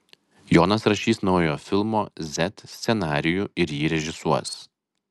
jonas rašys naujojo filmo z scenarijų ir jį režisuos